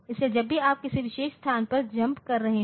इसलिए जब भी आप किसी विशेष स्थान पर जम्प कर रहे हैं